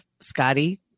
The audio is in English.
Scotty